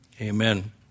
Amen